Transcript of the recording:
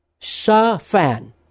Shafan